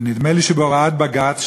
ונדמה לי שבהוראת בג"ץ,